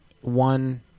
one